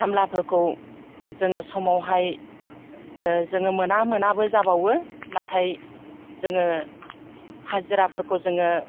खामलाफोरखौ जोङो समावहाय जोङो मोना मोनाबो जाबावो नाथाय जोङो हाजिराफोरखौ जोङो